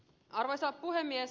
arvoisa puhemies